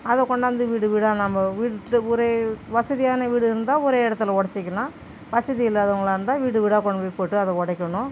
அதை கொண்டாந்து வீடு வீடாக நம்ம வீட்டு ஒரே வசதியான வீடு இருந்தால் ஒரே இடத்துல உடச்சிக்கலாம் வசதி இல்லாதவங்களா இருந்தால் வீடு வீடாக கொண்டு போய் போட்டு அதை உடைக்கணும்